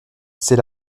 c’est